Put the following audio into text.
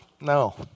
No